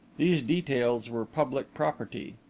these details were public property.